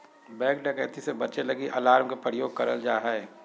bank डकैती से बचे लगी अलार्म के प्रयोग करल जा हय